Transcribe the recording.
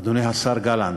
אדוני השר גלנט,